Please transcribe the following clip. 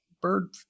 bird